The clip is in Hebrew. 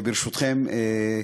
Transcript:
ברשותכם,